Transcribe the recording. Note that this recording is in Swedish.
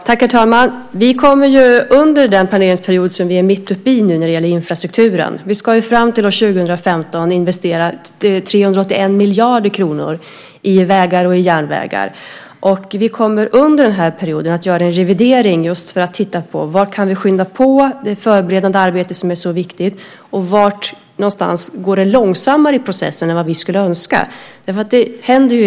Herr talman! Vi är nu mitt uppe i en planeringsperiod när det gäller infrastrukturen. Fram till år 2015 ska vi investera 381 miljarder kronor i vägar och järnvägar. Under den här perioden kommer vi att göra en revidering just för att titta på var vi kan skynda på det förberedande arbete som är så viktigt och var det går långsammare i processen än vad vi skulle önska.